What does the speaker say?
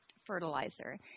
fertilizer